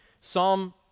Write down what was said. Psalm